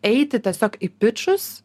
eiti tiesiog į pičus